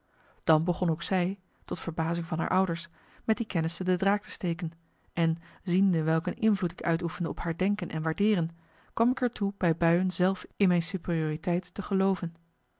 dan begon ook zij tot verbazing van haar ouders met die kennissen de draak te steken en ziende welk een invloed ik uitoefende op haar denken en waardeeren kwam ik er toe bij buien zelf in mijn superioriteit te gelooven